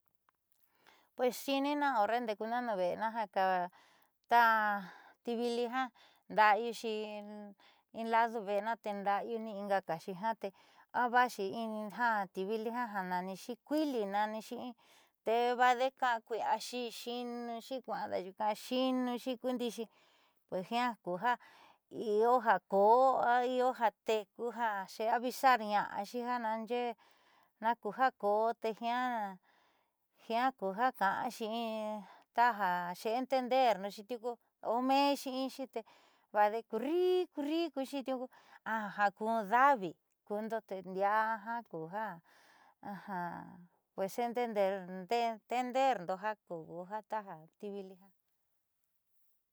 Pues xiinina io horre ndeekuna nuun ve'ena ja ku ta tivili jiaa nda'ayuuxi in ladu ve'ena teenda'ayu ni ingaxi ja tee ava'axi inga ti vili ja naanixi kuili naanixi te kaakui'iaxi xiinuxi kua'an da'ayuunka xiinuxi kundiixi pues jiaa io ja koo o io ja feku ja xeeavisar na'axi ja naaxe'e naku ja koo te jiaa jiaa ku ja ka'anxi in ta ja entenderxi tiuku o meenxi inxii te vaadeé kurri kurri kuuxi tiuku aja kun da’avi kuundo te ndiaa jiaa ku ja xe entenderdo ja ku ti vili ja.